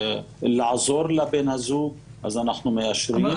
לעזור לבן הזוג, אז אנחנו מאשרים.